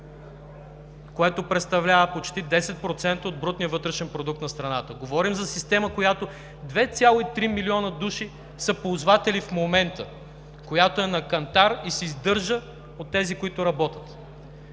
което представлява почти 10% от брутния вътрешен продукт на страната. Говорим за система, в която 2,3 милиона души са ползватели в момента, която е на кантар и се издържа от тези, които работят.